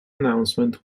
announcement